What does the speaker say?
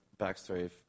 backstory